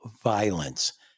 violence